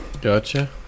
Gotcha